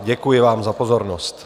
Děkuji vám za pozornost.